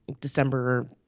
December